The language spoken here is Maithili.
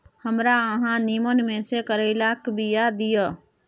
हमरा अहाँ नीमन में से करैलाक बीया दिय?